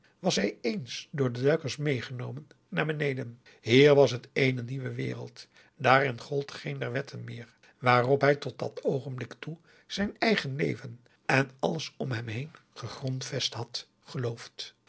was hij eens door de duikers meegenomen naar beneden hier was het eene nieuwe wereld daarin gold geen der wetten meer waarop hij tot dat oogenblik toe zijn eigen leven en alles om hem heen gegrondvest had geloofd